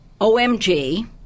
OMG